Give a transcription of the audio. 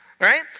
right